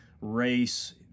race